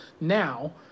Now